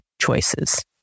choices